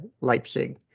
Leipzig